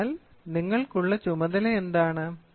അതിനാൽ നിങ്ങൾക്കുള്ള ചുമതല എന്താണ്